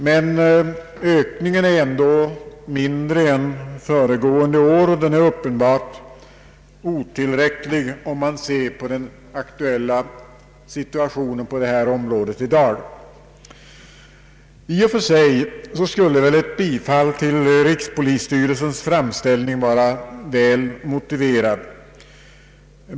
Men ökningen är mindre än föregående år, och den är uppenbart otillräcklig i den aktuella situationen på detta område. I och för sig skulle väl ett bifall till rikspolisstyrelsens framställning vara väl motiverat.